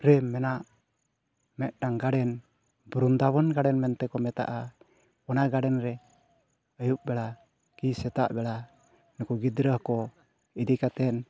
ᱨᱮ ᱢᱮᱱᱟᱜ ᱢᱤᱫᱴᱟᱝ ᱜᱟᱨᱰᱮᱱ ᱵᱨᱤᱱᱫᱟᱵᱚᱱ ᱜᱟᱨᱰᱮᱱ ᱢᱮᱱᱛᱮ ᱠᱚ ᱢᱮᱛᱟᱜᱼᱟ ᱚᱱᱟ ᱜᱟᱨᱰᱮᱱ ᱨᱮ ᱟᱹᱭᱩᱵ ᱵᱮᱲᱟ ᱠᱤ ᱥᱮᱛᱟᱜ ᱵᱮᱲᱟ ᱱᱩᱠᱩ ᱜᱤᱫᱽᱨᱟᱹ ᱠᱚ ᱤᱫᱤ ᱠᱟᱛᱮᱫ